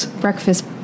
breakfast